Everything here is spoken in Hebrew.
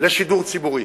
לשידור ציבורי.